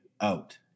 out